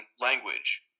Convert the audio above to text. language